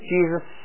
Jesus